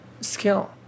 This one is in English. skill